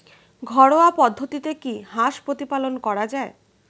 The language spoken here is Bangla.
ঘরোয়া পদ্ধতিতে কি হাঁস প্রতিপালন করা যায়?